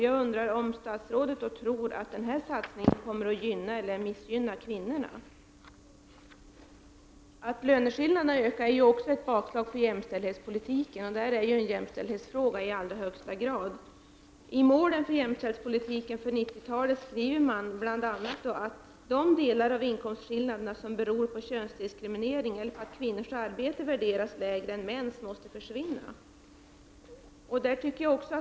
Jag undrar om statsrådet tror att denna satsning kommer att gynna eller missgynna kvinnorna. Att löneskillnaderna ökar är också ett bakslag för jämställdhetspolitiken. Det här är i allra högsta grad en jämställdhetsfråga. I målen för jämställdhetspolitiken för 90-talet står det bl.a. att de delar av inkomstskillnaderna som beror på könsdiskriminering och på att kvinnors arbete värderas lägre än mäns måste försvinna.